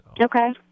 okay